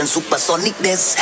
supersonicness